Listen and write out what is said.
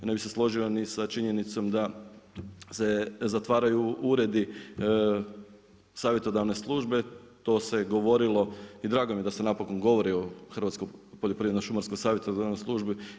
Ne bi se složio ni sa činjenicom da se zatvaraju uredi savjetodavne službe, to se govorilo i drago mi je da se napokon govori o Hrvatskoj poljoprivredno-šumarsko savjetodavnoj službi.